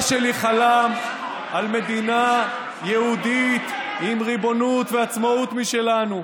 שלי חלם על מדינה יהודית עם ריבונות ועצמאות משלנו,